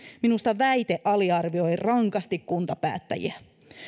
minusta väite aliarvioi rankasti kuntapäättäjiä